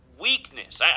weakness